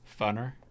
Funner